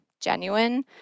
genuine